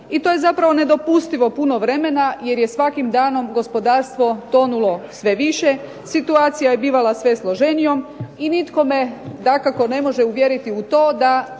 i to je zapravo nedopustivo puno vremena, jer je svakim danom gospodarstvo tonulo sve više, situacija je bivala sve složenijom i nitko me dakako ne može uvjeriti u to, da